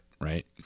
Right